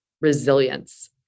resilience